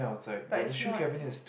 but it's not